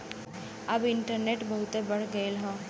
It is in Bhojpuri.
अब इन्टरनेट बहुते बढ़ गयल हौ